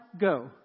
go